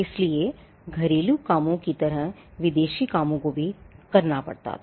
इसलिए घरेलू कामों की तरह विदेशी कामों को भी करना पड़ता था